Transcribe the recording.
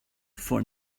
for